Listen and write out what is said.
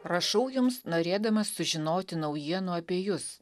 rašau jums norėdamas sužinoti naujienų apie jus